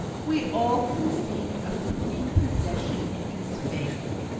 we all conceived a prepossession in his favour,